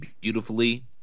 beautifully